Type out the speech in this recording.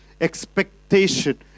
expectation